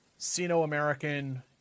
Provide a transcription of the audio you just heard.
Sino-American